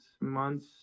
months